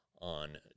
on